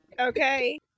Okay